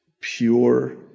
pure